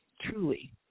truly